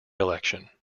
election